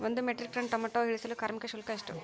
ಒಂದು metric tonne tomato ಇಳಿಸಲು ಕಾರ್ಮಿಕರ ಶುಲ್ಕ ಎಷ್ಟು?